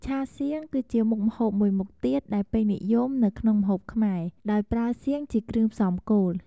ឆាសៀង គឺជាមុខម្ហូបមួយមុខទៀតដែលពេញនិយមនៅក្នុងម្ហូបខ្មែរ ដោយប្រើសៀង ជាគ្រឿងផ្សំគោល។